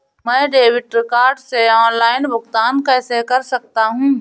मैं debit card से online भुगतान कैसे कर सकता हूँ?